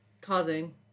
causing